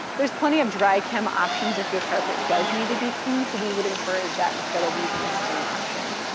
there's plenty of dry chem options if your carpet does need to be cleaned, so we would encourage that instead of using a steam option.